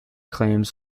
claims